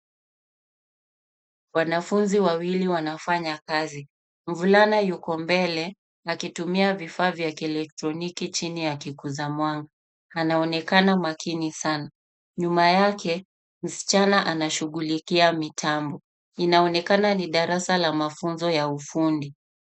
Wanafunzi wawili wanafanya kazi. Mvulana yuko mbele, akitumia vifaa vya kieletroniki chini ya kikuza mwanga, anaonekana makini sana. Nyuma yake, msichana anashughulikia mitambo. Inaonekana ni darasa la mafunzo ya ufundi.